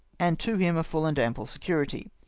and to him a full and ample security.